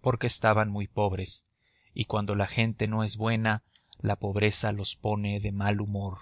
porque estaban muy pobres y cuando la gente no es buena la pobreza los pone de mal humor